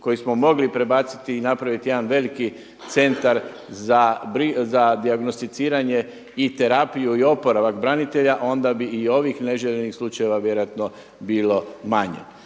koji smo mogli prebaciti i napraviti jedan veliki centar za dijagnosticiranje i terapiju i oporavak branitelja, onda bi i ovih neželjenih slučajeva vjerojatno bilo manje.